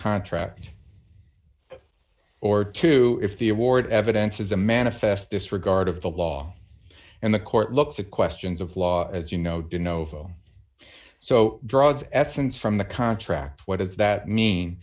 contract or two if the award evidence is a manifest disregard of the law and the court looks at questions of law as you know do you know so drugs essence from the contract what does that mean